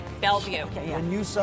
Bellevue